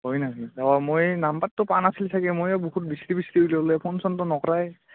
হয় নেকি অঁ মই নাম্বাৰটো পাৱা নাছিল চাগে মই বহুত বিচৰি বিচাৰি ওলালে ফোন চোনটো নকৰাই